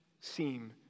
seem